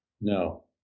No